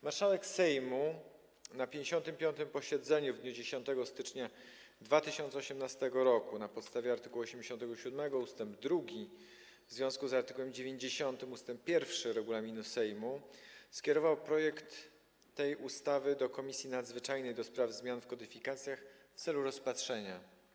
Marszałek Sejmu na 55. posiedzeniu w dniu 10 stycznia 2018 r. na podstawie art. 87 ust. 2 w związku z art. 90 ust. 1 regulaminu Sejmu skierował projekt tej ustawy do Komisji Nadzwyczajnej do spraw zmian w kodyfikacjach w celu rozpatrzenia.